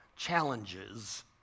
challenges